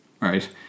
right